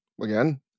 Again